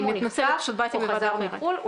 אם הוא נחשף או חזר מחו"ל,